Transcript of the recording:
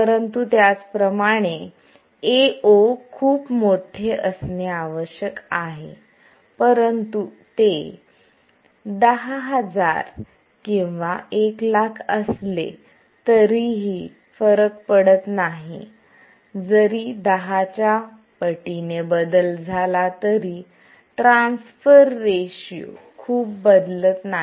परंतु त्याचप्रमाणे Ao खूप मोठे असणे आवश्यक आहे परंतु ते 10000 किंवा 100000 असले तरीही फरक पडत नाही जरी दहा च्या पटीने बदल झाला तरी ट्रान्सफर रेशिओ खूप बदलत नाही